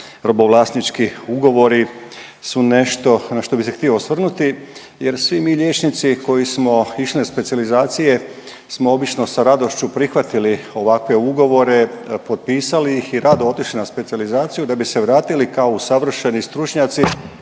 robovlasnički ugovori su nešto na što bi se htio osvrnuti jer svi mi liječnici koji smo išli na specijalizacije smo obično sa radošću prihvatili ovakve ugovore potpisali ih i rado otišli na specijalizaciju da bi se vratili kao usavršeni stručnjaci